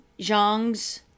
Zhang's